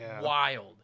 wild